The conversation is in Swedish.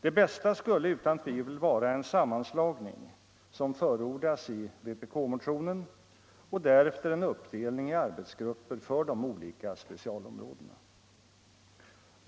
Det bästa skulle utan tvivel vara en sammanslagning, såsom förordas i vpk-motionen, och därefter en uppdelning i arbetsgrupper för de olika specialområdena.